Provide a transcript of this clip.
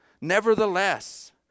Nevertheless